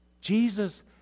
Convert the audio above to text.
Jesus